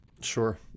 Sure